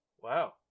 Wow